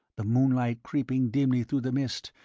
the moonlight creeping dimly through the mist,